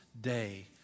day